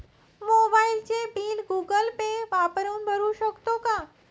मोबाइलचे bill Google Pay वापरून भरू शकतो का?